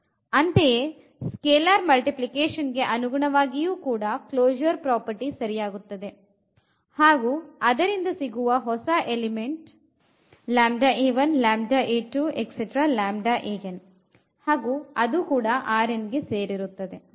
ಅಂತೆಯೇ scalar multiplication ಗೆ ಅನುಗುಣವಾಗಿಯೂ ಕೂಡ ಕ್ಲೊಶೂರ್ ಪ್ರಾಪರ್ಟಿ ಸರಿಯಾಗುತ್ತದೆ ಹಾಗುಅದರಿಂದ ಸಿಗುವ ಹೊಸ ಎಲಿಮೆಂಟ್ ಹಾಗು ಅದು ಗೆ ಸೇರಿರುತ್ತದೆ